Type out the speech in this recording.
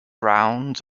round